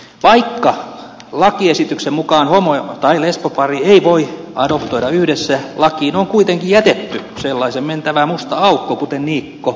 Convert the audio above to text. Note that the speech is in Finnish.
vaikka lakiesityksen mukaan homo tai lesbopari ei voi adoptoida yhdessä lakiin on kuitenkin jätetty sellaisen mentävä musta aukko kuten niikko mainitsi